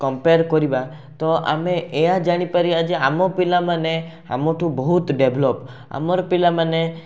compare କରିବା ତ ଆମେ ଏଇଆ ଜାଣିପାରିବା ଯେ ଆମ ପିଲାମାନେ ଆମଠୁ ବହୁତ ଡେଭଲପ୍ ଆମର ପିଲାମାନେ